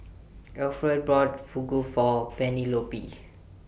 Alferd bought Fugu For Penelope